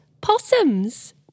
possums